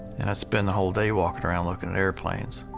and i'd spend the whole day walking around looking at airplanes.